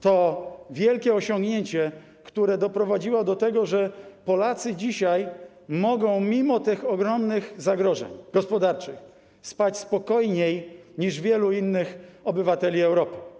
To wielkie osiągnięcie, które doprowadziło do tego, że Polacy dzisiaj mogą mimo tych ogromnych zagrożeń gospodarczych spać spokojniej niż wielu innych obywateli Europy.